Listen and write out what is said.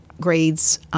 grades